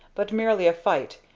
but merely a fight,